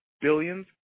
billions